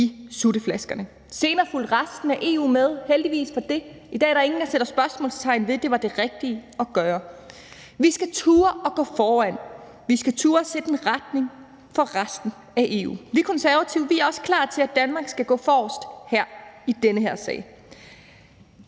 i sutteflaskerne. Senere fulgte resten af EU med, heldigvis for det. I dag er der ingen, der sætter spørgsmålstegn ved, at det var det rigtige at gøre. Vi skal turde at gå foran; vi skal turde at sætte en retning for resten af EU. Vi Konservative er også klar til, at Danmark skal gå forrest i den her sag.